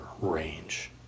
range